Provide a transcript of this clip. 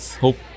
hope